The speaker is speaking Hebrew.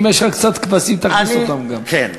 אם יש לך קצת כבשים, תכניס גם אותם.